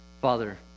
Father